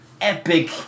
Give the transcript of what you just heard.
epic